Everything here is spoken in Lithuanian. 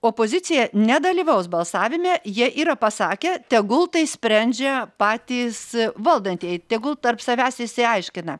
opozicija nedalyvaus balsavime jie yra pasakę tegul tai sprendžia patys valdantieji tegul tarp savęs išsiaiškina